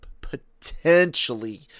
potentially